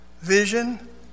vision